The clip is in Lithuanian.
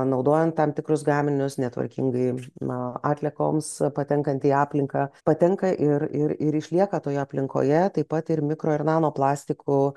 naudojant tam tikrus gaminius netvarkingai na atliekoms patenkant į aplinką patenka ir ir ir išlieka toje aplinkoje taip pat ir mikro ir nano plastikų